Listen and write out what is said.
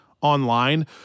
online